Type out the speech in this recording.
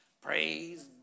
Praise